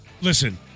Listen